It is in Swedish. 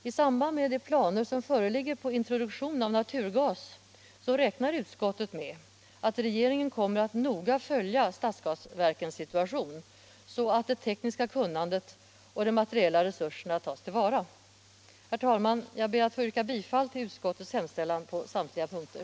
I samband med de planer som föreligger på en introduktion av naturgas räknar utskottet med att regeringen kommer att noga följa stadsgasverkens situation, så att det tekniska kunnandet och de materiella resurserna tas till vara. Herr talman! Jag ber att få yrka bifall till utskottets hemställan på samtliga punkter.